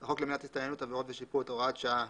בחוק למניעת הסתננות )עבירות ושיפוט) (הוראת שעה),